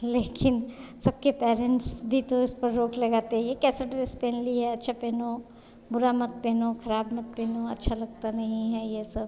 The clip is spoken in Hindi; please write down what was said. लेकिन सबके पेरेंट्स भी तो उस पर रोक लगाते हैं यह कैसा ड्रेस पहन लिया अच्छा पहनो बुरा मत पहनो ख़राब मत पहनो अच्छा लगता नहीं है यह सब